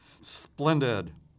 Splendid